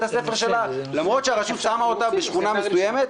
הספר שלה למרות שהרשות שמה אותה בשכונה מסוימת.